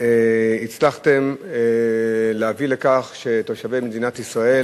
והצלחתם להביא לכך שתושבי מדינת ישראל